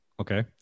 Okay